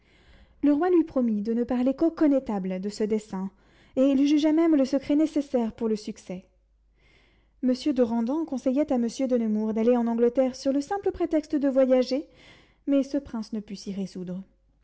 le roi lui promit de ne parler qu'au connétable de ce dessein et il jugea même le secret nécessaire pour le succès monsieur de randan conseillait à monsieur de nemours d'aller en angleterre sur le simple prétexte de voyager mais ce prince ne put s'y résoudre